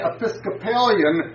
Episcopalian